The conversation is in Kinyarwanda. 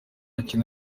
kintu